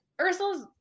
Ursula's